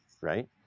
right